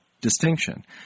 distinction